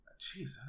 jeez